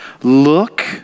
look